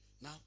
now